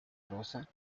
rosa